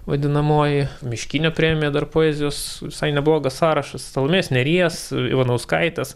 vadinamoji miškinio premija dar poezijos visai neblogas sąrašas salomėjos nėries ivanauskaitės